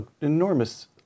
enormous